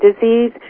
disease